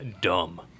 dumb